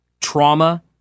trauma